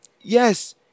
Yes